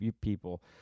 people